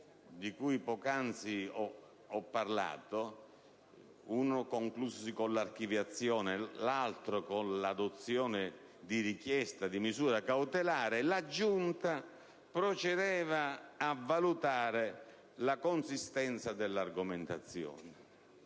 di cui poc'anzi ho parlato (uno conclusosi con l'archiviazione e l'altro con l'adozione di richiesta di misura cautelare), la Giunta procedeva a valutare la consistenza dell'argomentazione